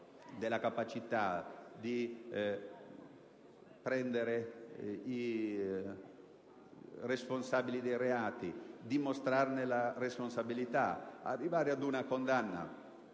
la capacità di prendere i responsabili dei reati - occorre dimostrarne la responsabilità, arrivare ad una condanna